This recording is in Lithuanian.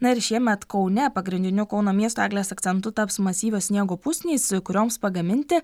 na ir šiemet kaune pagrindiniu kauno miesto eglės akcentu taps masyvios sniego pusnys kurioms pagaminti